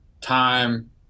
Time